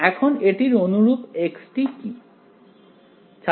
এখন এটির অনুরূপ x কি